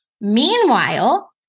Meanwhile